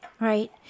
right